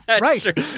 Right